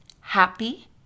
Happy